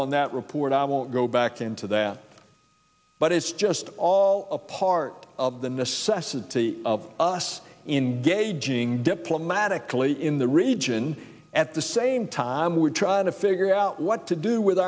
on that report i won't go back into that but it's just all a part of the necessity of us in gauging diplomatically in the region at the same time we're trying to figure out what to do with